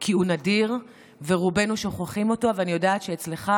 כי הוא נדיר ורובנו שוכחים אותו, ואני יודעת שאצלך